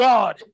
God